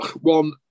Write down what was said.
one